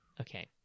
Okay